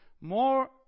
more